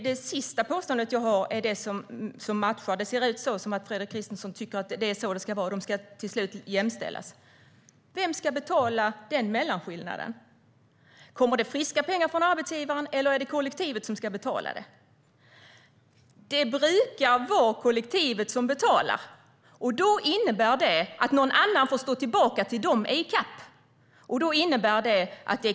Det ser ut som att Fredrik Christensson instämmer i det sistnämnda - de ska till slut jämställas. Vem ska då betala mellanskillnaden? Kommer det friska pengar från arbetsgivaren, eller är det kollektivet som ska betala det? Det brukar vara kollektivet som betalar. Då innebär det att någon annan får stå tillbaka tills de är i kapp.